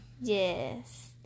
Yes